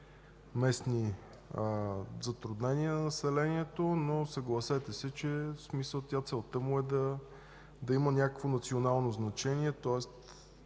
местни затруднения на населението, но, съгласете се, че целта му е да има някакво национално значение, тоест